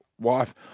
wife